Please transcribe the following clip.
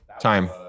time